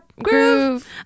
Groove